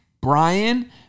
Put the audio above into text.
Brian